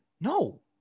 no